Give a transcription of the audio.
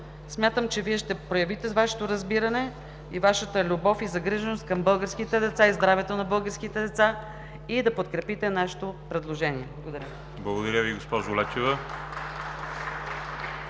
Смятам, че Вие ще проявите Вашето разбиране и Вашата любов, и загриженост към българските деца, и здравето на българските деца, и ще подкрепите нашето предложение. (Ръкопляскания